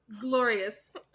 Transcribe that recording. glorious